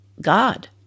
God